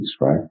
right